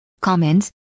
comments